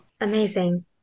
amazing